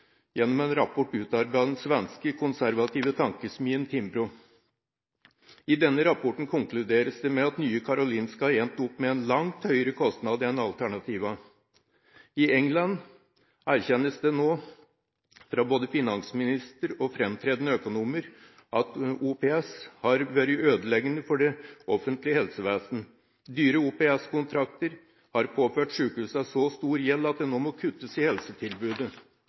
gjennom en rapport utarbeidet av den svenske konservative tankesmien, Timbro. I denne rapporten konkluderes det med at Nya Karolinska har endt opp med en langt høyere kostnad enn alternativene. I England erkjennes det nå av både finansminister og framtredende økonomer at OPS har vært ødeleggende for det offentlige helsevesen. Dyre OPS-kontrakter har påført sjukehusene så stor gjeld at det nå må kuttes i helsetilbudet